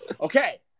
Okay